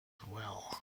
well